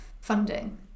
funding